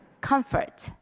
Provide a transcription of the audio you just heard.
comfort